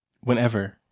whenever